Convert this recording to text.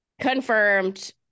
confirmed